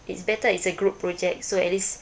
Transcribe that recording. it's better it's a group project so at least